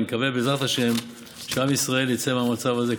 ואני מקווה בעזרת השם שעם ישראל יצא מהמצב הזה,